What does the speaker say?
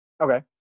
Okay